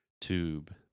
tube